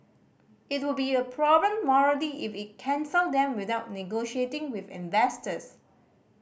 it would be a problem morally if it cancelled them without negotiating with investors